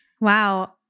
Wow